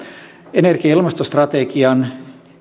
energia ja ilmastostrategian